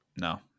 No